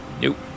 Nope